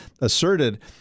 asserted